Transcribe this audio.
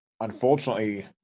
unfortunately